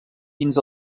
fins